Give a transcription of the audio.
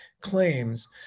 claims